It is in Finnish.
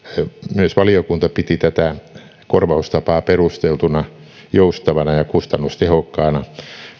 myös valiokunta piti tätä korvaustapaa perusteltuna joustavana ja kustannustehokkaana